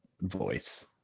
voice